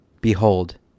Behold